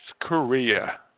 Korea